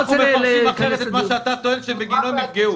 אנחנו מפרשים אחרת את מה שאתה טוען שבגינו הם נפגעו.